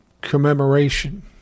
commemoration